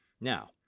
Now